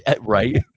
Right